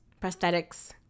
prosthetics